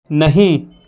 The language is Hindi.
नहीं